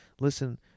listen